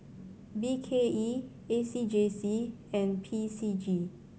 B K E A C J C and P C G